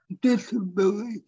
disability